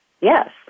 yes